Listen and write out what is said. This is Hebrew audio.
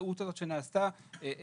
אבל